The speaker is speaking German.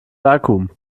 vakuum